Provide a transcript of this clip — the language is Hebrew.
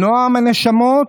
"נועם הנשמות,